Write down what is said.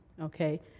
okay